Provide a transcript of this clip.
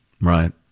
Right